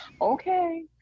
okay